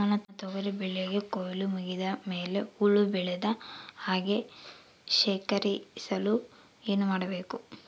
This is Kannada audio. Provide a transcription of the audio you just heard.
ನನ್ನ ತೊಗರಿ ಬೆಳೆಗೆ ಕೊಯ್ಲು ಮುಗಿದ ಮೇಲೆ ಹುಳು ಬೇಳದ ಹಾಗೆ ಶೇಖರಿಸಲು ಏನು ಮಾಡಬೇಕು?